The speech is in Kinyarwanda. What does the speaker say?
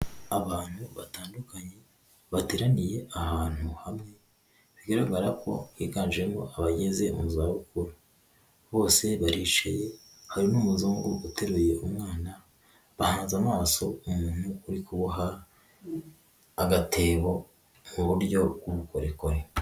Abantu batandukanye bateraniye ahantu hamwe, bigaragara ko higanjemo abageze mu zabukuru bose baricaye, hari n'umuzungu uteruye umwana, bahanze amaso umuntu uri kuboha agatebo mu buryo bw'ubukorikori.